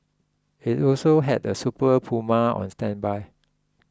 it also had a Super Puma on standby